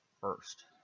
first